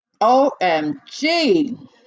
OMG